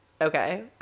okay